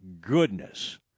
goodness